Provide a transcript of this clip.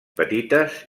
petites